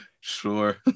sure